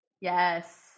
Yes